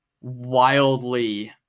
wildly